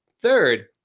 Third